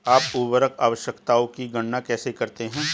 आप उर्वरक आवश्यकताओं की गणना कैसे करते हैं?